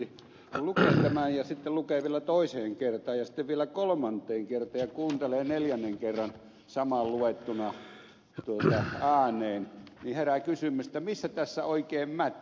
kun lukee tämän ja sitten lukee vielä toiseen kertaan ja sitten vielä kolmanteen kertaan ja kuuntelee neljännen kerran saman luettuna ääneen niin herää kysymys että missä tässä oikein mättää